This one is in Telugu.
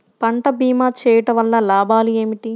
పంట భీమా చేయుటవల్ల లాభాలు ఏమిటి?